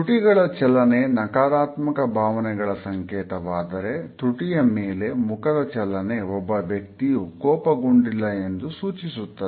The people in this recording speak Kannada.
ತುಟಿಗಳ ಚಲನೆ ನಕಾರಾತ್ಮಕ ಭಾವನೆಗಳ ಸಂಕೇತವಾದರೆ ತುಟಿಯ ಮೇಲೆ ಮುಖದ ಚಲನೆ ಒಬ್ಬ ವ್ಯಕ್ತಿಯು ಕೋಪಗೊಂಡಿಲ್ಲ ಎಂದು ಸೂಚಿಸುತ್ತದೆ